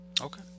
Okay